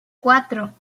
cuatro